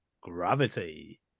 gravity